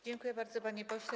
Dziękuję bardzo, panie pośle.